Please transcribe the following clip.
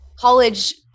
college